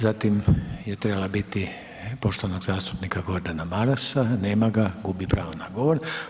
Zatim je trebala biti poštovanog zastupnika Gordana Marasa, nema ga, gubi pravo na govor.